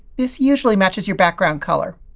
this usually matches your background color.